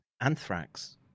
anthrax